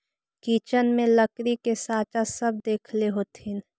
kitchen में लकड़ी के साँचा सब देखले होथिन